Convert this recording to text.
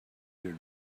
your